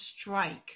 strike